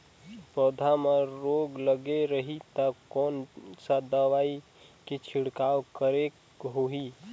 पौध मां रोग लगे रही ता कोन सा दवाई के छिड़काव करेके होही?